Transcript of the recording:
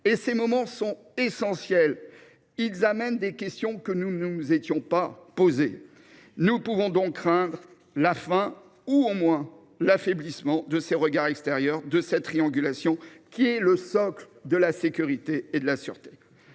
; ces moments sont essentiels, car ils suscitent des questions que l’on ne s’était pas posées. Nous pouvons craindre la fin, ou à tout le moins l’affaiblissement, de ces regards extérieurs et de cette triangulation qui est le socle de la sécurité et de la sûreté.